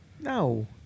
No